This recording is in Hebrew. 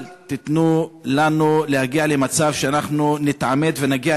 אל תיתנו לנו להגיע למצב שאנחנו נתעמת ונגיע